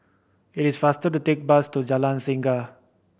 it is faster to take bus to Jalan Singa